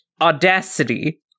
Audacity